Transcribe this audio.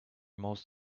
most